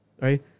right